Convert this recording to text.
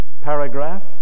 paragraph